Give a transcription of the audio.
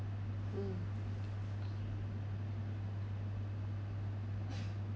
mm